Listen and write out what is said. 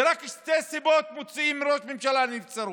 ורק משתי סיבות מוציאים ראש ממשלה לנבצרות: